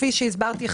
כפי שהסברתי,